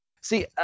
See